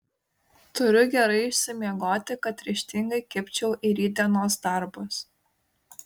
turiu gerai išsimiegoti kad ryžtingai kibčiau į rytdienos darbus